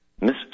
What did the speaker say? Miss